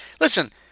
listen